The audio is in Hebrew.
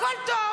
הכול טוב.